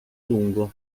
lungo